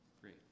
Great